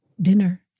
dinner